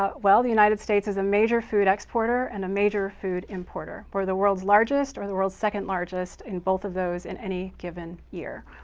ah well, the united states is a major food exporter and a major food importer. we're the world's largest or the world's second largest in both of those in any given year.